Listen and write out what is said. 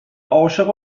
عاشق